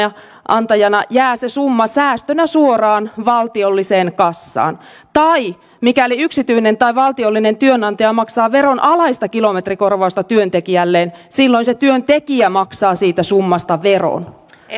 työnantajana jää se summa säästönä suoraan valtiolliseen kassaan tai mikäli yksityinen tai valtiollinen työnantaja maksaa veronalaista kilometrikorvausta työntekijälleen silloin se työntekijä maksaa siitä summasta veron